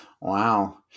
Wow